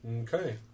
Okay